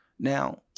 Now